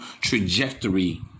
trajectory